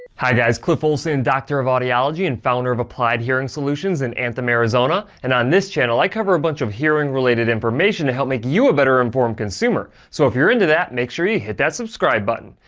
hi guys. cliff olson, doctor of audiology and founder of applied hearing solutions in anthem, arizona. and on this channel, i cover a bunch of hearing-related information to help me you a better-informed consumer. so if you're into that, make sure you hit that subscribe button.